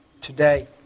today